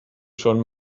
schon